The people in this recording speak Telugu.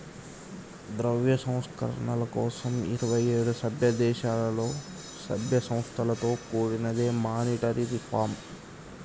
ద్రవ్య సంస్కరణల కోసం ఇరవై ఏడు సభ్యదేశాలలో, సభ్య సంస్థలతో కూడినదే మానిటరీ రిఫార్మ్